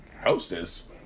Hostess